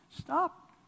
stop